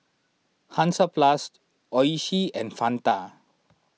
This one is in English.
Hansaplast Oishi and Fanta